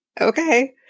Okay